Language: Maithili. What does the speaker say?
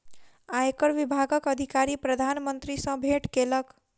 आयकर विभागक अधिकारी प्रधान मंत्री सॅ भेट केलक